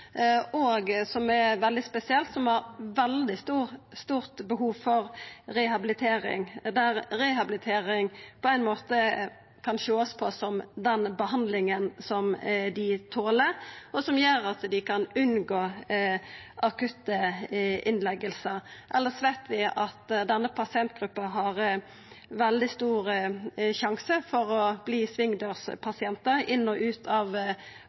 og som har veldig stort behov for rehabilitering. Rehabilitering kan ein på ein måte sjå på som den behandlinga dei toler, og som gjer at dei kan unngå akutte innleggingar. Elles veit vi at denne pasientgruppa har veldig stor fare for å verta svingdørspasientar – inn og ut av